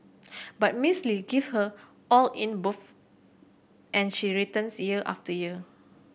but Miss Lee give her all in both and she returns year after year